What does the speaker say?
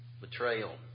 betrayal